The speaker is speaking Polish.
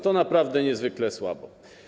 To naprawdę niezwykle słabo.